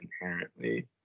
inherently